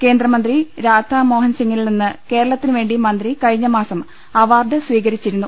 കേന്ദ്രമന്ത്രി രാധാ മോഹൻസിം ഗിൽനിന്ന് കേരളത്തിനുവേണ്ടി മന്ത്രി കഴിഞ്ഞമാസം അവാർഡ് സ്വീകരിച്ചിരുന്നു